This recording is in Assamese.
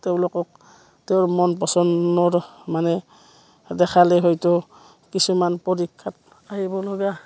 তেওঁলোকক তেওঁৰ মন পচন্দৰ মানে দেখালে হয়তো কিছুমান পৰীক্ষাত আহিবলগা